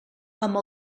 amb